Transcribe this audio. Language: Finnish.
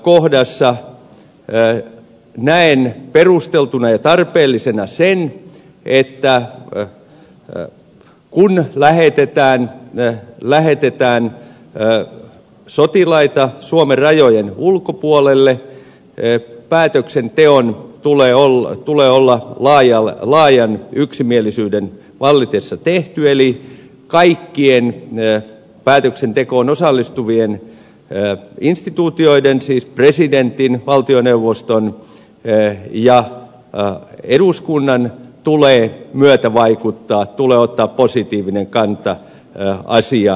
tässä kohdassa näen perusteltuna ja tarpeellisena sen että kun lähetetään sotilaita suomen rajojen ulkopuolelle päätöksenteon tulee olla laajan yksimielisyyden vallitessa tehty eli kaikkien päätöksentekoon osallistuvien instituutioiden siis presidentin valtioneuvoston ja eduskunnan tulee myötävaikuttaa tulee ottaa positiivinen kanta asiaan